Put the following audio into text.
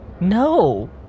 No